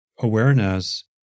awareness